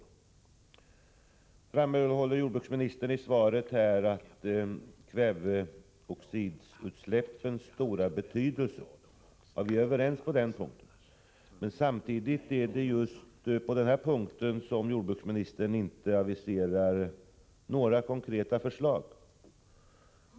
Nu framhåller jordbruksministern i svaret kväveoxidutsläppens stora betydelse. Ja, vi är överens på den punkten. Men samtidigt är det just på den här punkten som jordbruksministern inte aviserar några konkreta förslag.